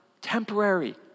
temporary